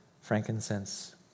frankincense